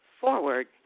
forward